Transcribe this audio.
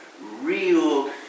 real